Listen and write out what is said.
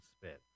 spit